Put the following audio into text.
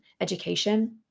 education